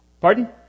Pardon